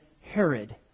Herod